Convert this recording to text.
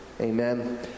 Amen